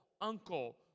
uncle